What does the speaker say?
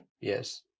Yes